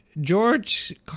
George